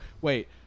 wait